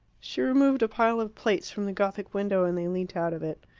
she removed a pile of plates from the gothic window, and they leant out of it.